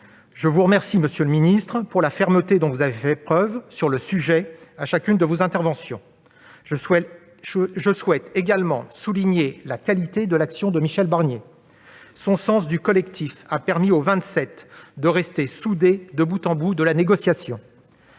je vous remercie de la fermeté dont vous avez fait preuve sur le sujet à chacune de vos interventions. Je souhaite également souligner la qualité de l'action de Michel Barnier. Son sens du collectif a permis aux Vingt-Sept de rester soudés de bout en bout de la négociation.